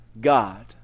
God